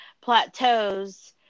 plateaus